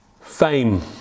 Fame